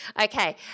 Okay